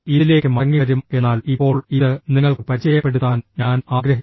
ഇതിലേക്ക് മടങ്ങിവരും എന്നാൽ ഇപ്പോൾ ഇത് നിങ്ങൾക്ക് പരിചയപ്പെടുത്താൻ ഞാൻ ആഗ്രഹിക്കുന്നു